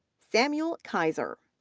samuel kiser,